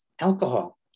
alcohol